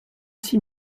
six